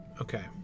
Okay